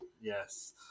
yes